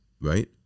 Right